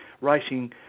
racing